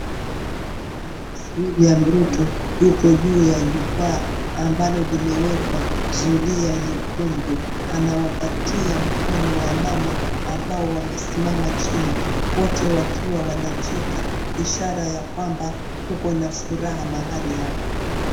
Rais William Ruto yuko juu ya jukwaa ambalo limewekwa zulia nyekundu, anawapatia mkono wamama ambao wamesimama chini wote wakiwa wanacheka ishara ya kwamba kuko na furaha mahali hapa.